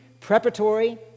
preparatory